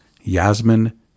Yasmin